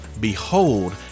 behold